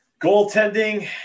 Goaltending